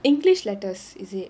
english letters is it